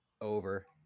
over